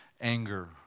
anger